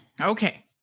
Okay